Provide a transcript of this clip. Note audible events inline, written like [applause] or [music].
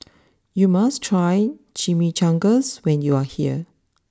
[noise] you must try Chimichangas when you are here